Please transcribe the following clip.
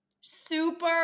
super